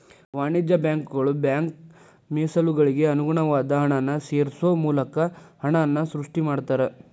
ವಾಣಿಜ್ಯ ಬ್ಯಾಂಕುಗಳ ಬ್ಯಾಂಕ್ ಮೇಸಲುಗಳಿಗೆ ಅನುಗುಣವಾದ ಹಣನ ಸೇರ್ಸೋ ಮೂಲಕ ಹಣನ ಸೃಷ್ಟಿ ಮಾಡ್ತಾರಾ